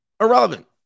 Irrelevant